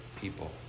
people